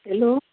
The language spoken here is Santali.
ᱦᱮᱞᱳ